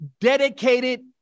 dedicated